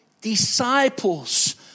disciples